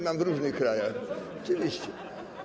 mam w różnych krajach, oczywiście.